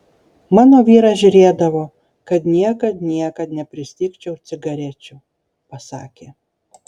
mano vyras žiūrėdavo kad niekad niekad nepristigčiau cigarečių pasakė